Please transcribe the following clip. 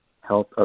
health